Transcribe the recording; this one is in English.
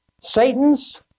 Satan's